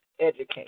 educate